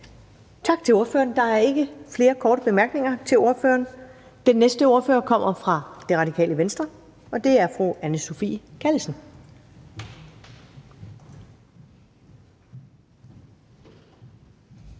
Tak til ordføreren. Der er ikke flere korte bemærkninger til ordføreren. Den næste ordfører kommer fra Det Radikale Venstre, og det er fru Anne Sophie Callesen.